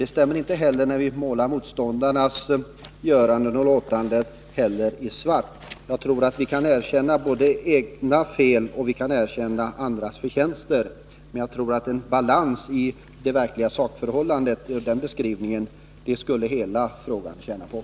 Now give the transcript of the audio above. Inte heller stämmer det om vi genomgående målar motståndarens göranden och låtanden i svart. Vi bör kunna erkänna både egna fel och andras förtjänster. Jag tror att hela denna debatt skulle tjäna på en balans i beskrivningen av de faktiska förhållandena.